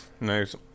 Nice